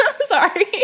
sorry